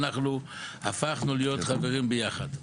אנחנו הפכנו להיות חברים ביחד.